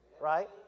Right